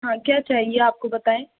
हाँ क्या चाहिए आपको बताएँ